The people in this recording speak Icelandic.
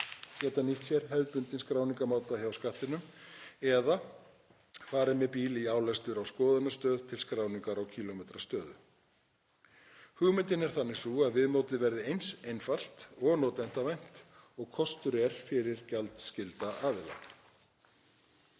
geta nýtt sér hefðbundinn skráningarmáta hjá Skattinum eða farið með bíl í álestur á skoðunarstöð til skráningar á kílómetrastöðu. Hugmyndin er þannig sú að viðmótið verði eins einfalt og notendavænt og kostur er fyrir gjaldskylda aðila.